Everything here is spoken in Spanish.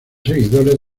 seguidores